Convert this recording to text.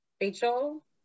rachel